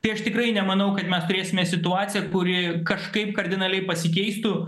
tai aš tikrai nemanau kad mes turėsime situaciją kuri kažkaip kardinaliai pasikeistų